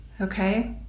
Okay